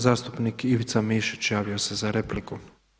Zastupnik Ivica Mišić javio se za repliku.